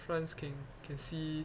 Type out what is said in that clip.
france can can see